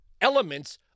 elements